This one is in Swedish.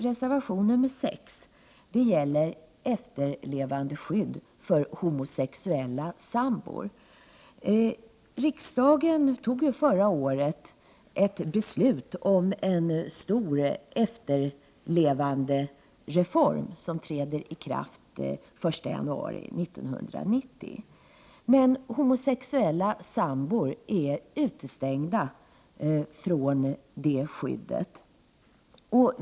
Reservation 6 gäller efterlevandeskydd för homosexuella sambor. Riksdagen fattade förra året ett beslut om en stor efterlevandereform, som träder i kraft den 1 januari 1990, men homosexuella sambor är utestängda från det skyddet.